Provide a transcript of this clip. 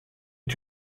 est